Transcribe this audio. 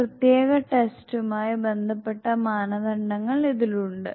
ഈ പ്രത്യേക ടെസ്റ്റുമായി ബന്ധപ്പെട്ട മാനദണ്ഡങ്ങൾ ഇതിലുണ്ട്